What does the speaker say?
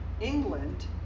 England